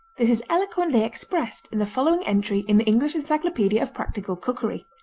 this is eloquently expressed in the following entry in the english encyclopedia of practical cookery